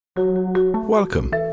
Welcome